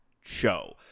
show